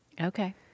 Okay